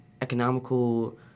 economical